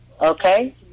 okay